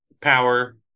power